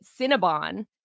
Cinnabon